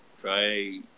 try